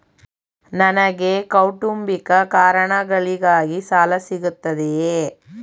ನನಗೆ ಕೌಟುಂಬಿಕ ಕಾರಣಗಳಿಗಾಗಿ ಸಾಲ ಸಿಗುತ್ತದೆಯೇ?